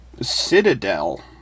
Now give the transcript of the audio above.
Citadel